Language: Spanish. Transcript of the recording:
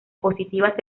positivas